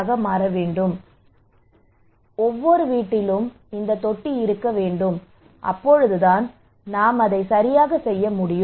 எனவே ஒவ்வொரு வீட்டிலும் இந்த தொட்டி இருக்க வேண்டும் அப்போதுதான் நாம் அதை சரியாக செய்ய முடியும்